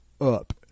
up